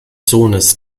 sohnes